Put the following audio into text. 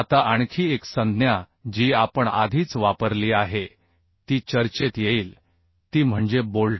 आता आणखी एक संज्ञा जी आपण आधीच वापरली आहे ती चर्चेत येईल ती म्हणजे बोल्ट